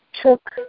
took